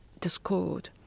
discord